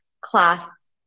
class